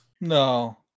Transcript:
No